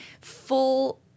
full